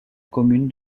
commune